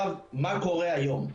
מה קורה היום?